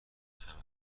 همه